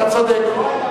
אתה צודק.